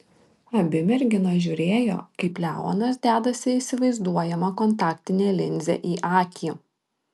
abi merginos žiūrėjo kaip leonas dedasi įsivaizduojamą kontaktinę linzę į akį